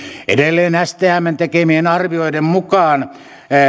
edelleen stmn tekemien arvioiden mukaan